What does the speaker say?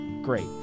great